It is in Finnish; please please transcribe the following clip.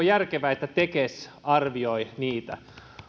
järkevää että tekes arvioi niitä